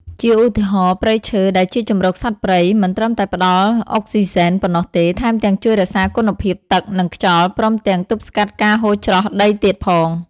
ជាឧទាហរណ៍ ព្រៃឈើដែលជាជម្រកសត្វព្រៃ មិនត្រឹមតែផ្តល់អុកស៊ីហ្សែនប៉ុណ្ណោះទេ ថែមទាំងជួយរក្សាគុណភាពទឹក និងខ្យល់ ព្រមទាំងទប់ស្កាត់ការហូរច្រោះដីទៀតផង។